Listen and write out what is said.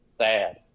sad